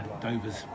Dover's